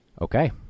Okay